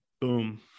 Boom